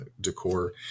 decor